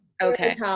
Okay